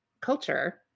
culture